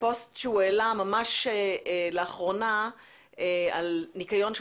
פוסט שהוא העלה ממש לאחרונה על ניקיון שהוא